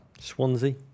Swansea